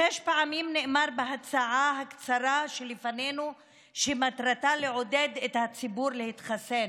שש פעמים נאמר בהצעה הקצרה שלפנינו שמטרתה לעודד את הציבור להתחסן.